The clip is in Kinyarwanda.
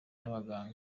n’abaganga